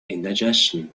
indigestion